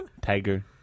Tiger